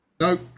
Nope